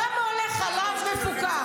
כמה עולה חלב מפוקח?